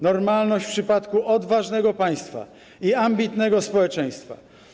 Normalność w przypadku odważnego państwa i ambitnego społeczeństwa.